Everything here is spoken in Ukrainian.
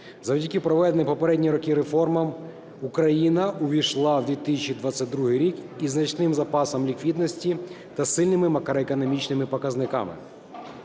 завдяки проведеним в попередні роки реформам Україна увійшла в 2022 рік із значним запасом ліквідності та сильними макроекономічними показниками.